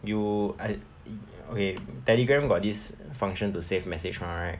you err okay Telegram got this function to save message mah right